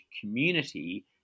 community